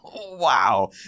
Wow